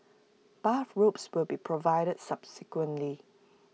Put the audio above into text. bathrobes will be provided subsequently